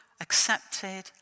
accepted